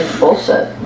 bullshit